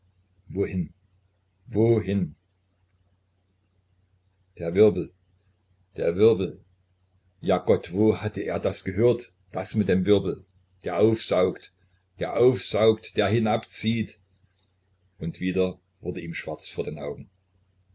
wohin wohin der wirbel der wirbel ja gott wo hat er das gehört das mit dem wirbel der aufsaugt der aufsaugt der hinabzieht und wieder wurde ihm schwarz vor den augen